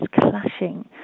clashing